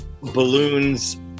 balloons